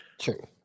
True